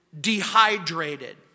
dehydrated